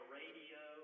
radio